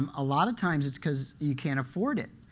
um a lot of times it's because you can't afford it.